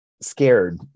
scared